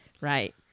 Right